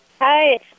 Hi